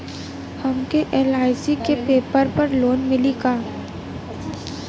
हमके एल.आई.सी के पेपर पर लोन मिली का?